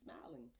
smiling